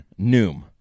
Noom